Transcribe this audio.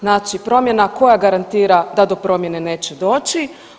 Znači promjena koja garantira da do promjene neće doći.